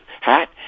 hat